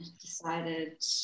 decided